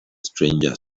stranger